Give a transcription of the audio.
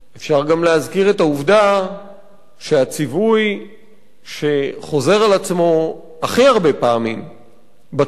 אפשר גם להזכיר את העובדה שהציווי שחוזר על עצמו הכי הרבה פעמים בתורה